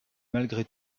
malgré